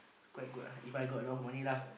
it's quite good ah If I got a lot of money lah